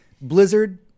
Blizzard